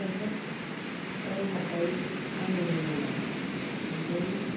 पन्सासआव हाबबाय आंनि अनुमानाव ओमफ्राय